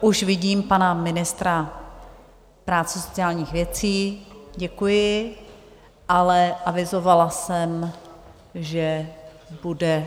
Už vidím pana ministra práce a sociálních věcí, děkuji, ale avizovala jsem, že bude...